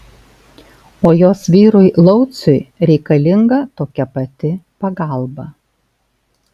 o jos vyrui lauciui reikalinga tokia pati pagalba